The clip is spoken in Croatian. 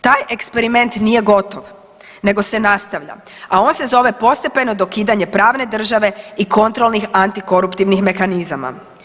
Taj eksperiment nije gotovo nego se nastavlja, a on se zove postepeno dokidanje pravne države i kontrolnih antikoruptivnih mehanizama.